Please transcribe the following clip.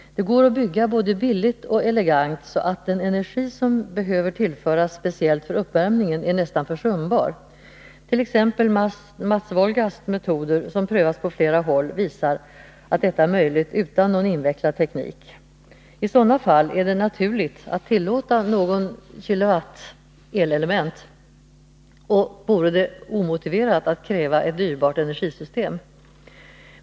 Det går att bygga både billigt och elegant, så att den energi som behöver tillföras speciellt för uppvärmningen är nästan försumbar. T. ex. Mats Wohlgasts metoder, som prövas på flera håll, visar att detta är möjligt utan någon invecklad teknik. I sådana fall är det naturligt att tillåta någon kilowatts elelement, och det vore omotiverat att kräva ett dyrbart energisystem.